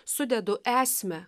sudedu esmę